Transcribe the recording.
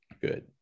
good